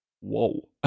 Whoa